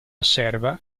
osserva